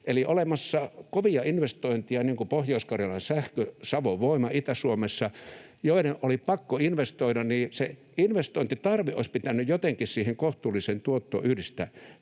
olemassa oli kovia investoijia, niin kuin Pohjois-Karjalan Sähkö, Savon Voima Itä-Suomessa, joiden oli pakko investoida, ja se investointitarve olisi pitänyt jotenkin siihen kohtuulliseen tuottoon yhdistää.